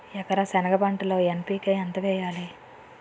ఎకర సెనగ పంటలో ఎన్.పి.కె ఎంత వేయాలి?